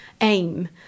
aim